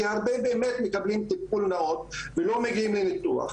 כי הרבה מקבלים טיפול נאות ולא מגיעים לניתוח.